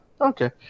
Okay